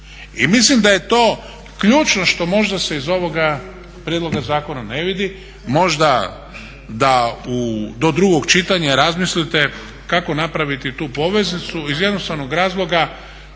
I mislim da je to ključno što možda se iz ovoga prijedloga zakona ne vidi, možda da do drugog čitanja razmislite kako napraviti tu poveznicu iz jednostavnog razloga.